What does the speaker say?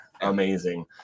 amazing